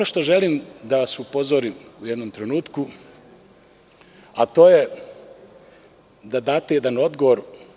Ono na šta želim da vas upozorim u jednom trenutku to je da date jedan odgovor.